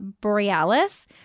borealis